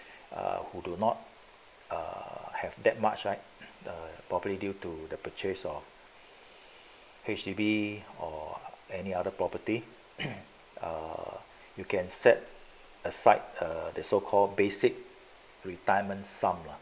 err who do not err have that much right the property due to the purchase of H_D_B or any other property err you can set aside the so called basic retirement sum lah